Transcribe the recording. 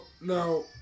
now